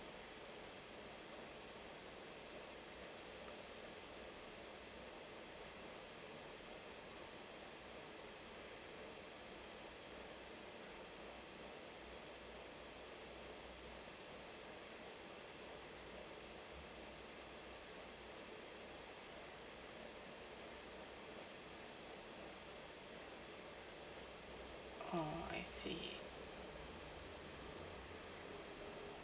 oh I see